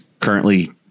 currently